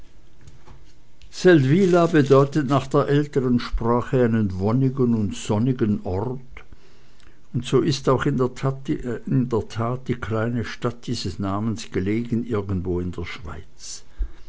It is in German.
seldwyla bedeutet nach der älteren sprache einen wonnigen und sonnigen ort und so ist auch in der tat die kleine stadt dieses namens gelegen irgendwo in der schweiz